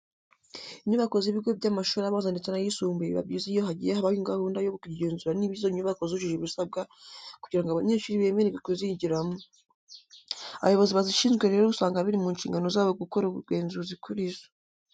Inyubako z'ibigo by'amashuri abanza ndetse n'ayisumbuye biba byiza iyo hagiye habaho gahunda yo kugenzura niba izo nyubako zujuje ibisabwa kugira ngo abanyeshuri bemererwe kuzigiramo. Abayobozi bazishinzwe rero usanga biri mu nshingano zabo gukora ubugenzuzi kuri zo.